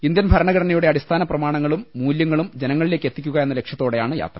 Indian ഭരണഘടനയുടെ അടിസ്ഥാന പ്രമാണങ്ങളും മൂല്യങ്ങളും ജനങ്ങളിലേ ക്കെത്തിക്കുക എന്ന ലക്ഷ്യത്തോടെയാണ് യാത്ര